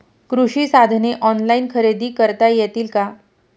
कृषी साधने ऑनलाइन खरेदी करता येतील का?